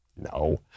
No